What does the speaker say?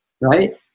right